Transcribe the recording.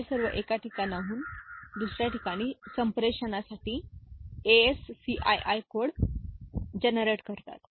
हे सर्व एका ठिकाणाहून दुसर्या ठिकाणी संप्रेषणासाठी ASCII कोड व्युत्पन्न करतात